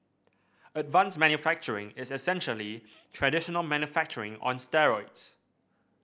advanced manufacturing is essentially traditional manufacturing on steroids